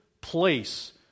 place